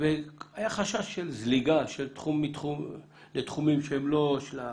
היה חשש של זליגה לתחומים שהם לא של המכללה.